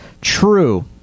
True